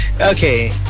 Okay